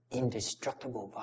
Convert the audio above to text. indestructible